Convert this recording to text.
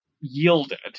yielded